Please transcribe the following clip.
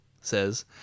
says